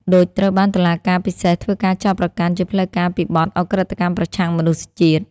ឌុច ត្រូវបានតុលាការពិសេសធ្វើការចោទប្រកាន់ជាផ្លូវការពីបទ ឧក្រិដ្ឋកម្មប្រឆាំងមនុស្សជាតិ។